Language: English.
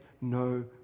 no